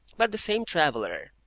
but the same traveller,